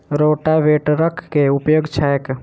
रोटावेटरक केँ उपयोग छैक?